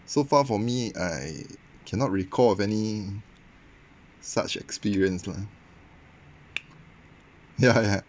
so far for me I cannot recall of any such experience lah ya ya